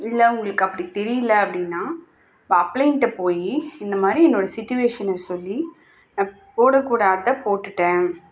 இல்லை உங்களுக்கு அப்படி தெரியல அப்படின்னா இப்போ அப்ளையின்கிட்ட போய் இந்தமாதிரி என்னோடய சுச்சிவேஷனை சொல்லி நான் போடக்கூடாததை போட்டுவிட்டேன்